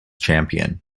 champion